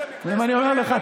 אם אני אומר לך,